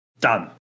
Done